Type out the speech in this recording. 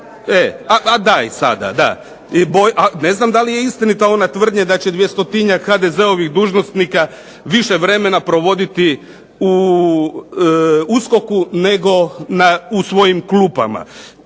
premijerke. Ne znam da li je istinita ona tvrdnja da će 200-njak HDZ-ovih dužnosnika više vremena provoditi u USKOK-u nego u svojim klupama